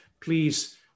please